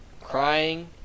crying